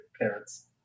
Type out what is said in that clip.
parents